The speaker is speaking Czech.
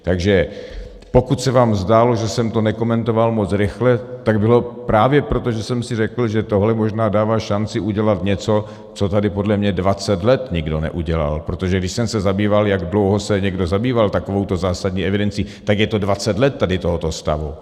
Takže pokud se vám zdálo, že jsem to nekomentoval moc rychle, tak bylo právě proto, že jsem si řekl, že tohle možná dává šanci udělat něco, co tady podle mě dvacet let nikdo neudělal, protože když jsem se zabýval, jak dlouho se někdo zabýval takovouto zásadní evidencí, tak je to dvacet let tady tohoto stavu.